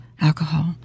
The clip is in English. alcohol